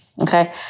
Okay